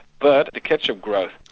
but the catch-up growth.